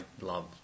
love